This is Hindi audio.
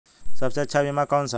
सबसे अच्छा बीमा कौन सा है?